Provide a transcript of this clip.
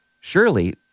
surely